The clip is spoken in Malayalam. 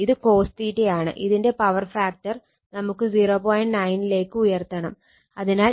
ഇത് cos യാണ് ഇതിന്റെ പവർ ഫാക്ടർ നമുക്ക് 0